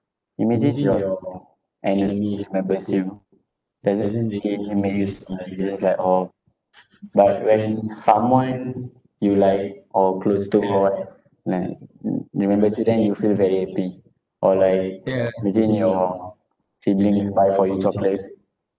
imagine if your enemy remembers you doesn't really make you smile you just like orh but when someone you like or close to or what like re~ remembers you then you feel very happy or like imagine your siblings buy for you chocolate